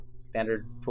Standard